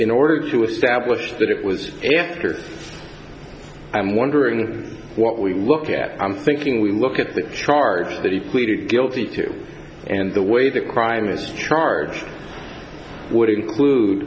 in order to establish that it was after i'm wondering what we look at i'm thinking we look at the charges that he pleaded guilty to and the way the crime is charged would include